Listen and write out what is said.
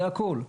זה הכל.